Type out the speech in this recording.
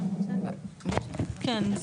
כן,